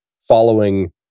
following